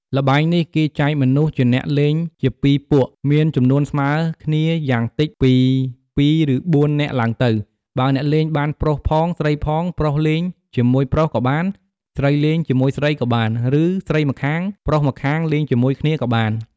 ល្បែងនេះ គេចែកមនុស្សអ្នកលេងជា ២ ពួក មានចំនួនស្មើគ្នាយ៉ាងតិចពី ២ ឬ៤ នាក់ឡើងទៅ បើអ្នកលេងបានប្រុសផង ស្រីផង ប្រុសលេងជាមួយប្រុសក៏បាន ស្រីលេងជាមួយស្រីក៏បាន ឬស្រីម្ខាង ប្រុសម្នាងលេងជាមួយគ្នាក៏បាន ។